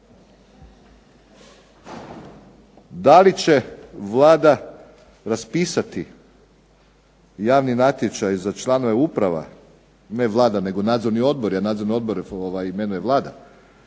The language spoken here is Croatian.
Da li će Vlada raspisati javni natječaj za članove uprava, ne Vlada nego nadzorni odbori, a nadzorni odbor imenuje Vlada.